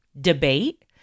debate